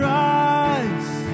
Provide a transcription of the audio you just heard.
rise